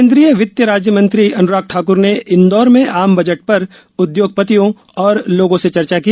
केन्दीय वित्त राज्य मंत्री अनुराग ठाकुर ने इंदौर में आम बजट पर उद्योगपतियों और लोगों से चर्चा की